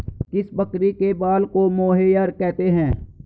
किस बकरी के बाल को मोहेयर कहते हैं?